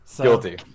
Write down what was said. Guilty